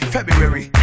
February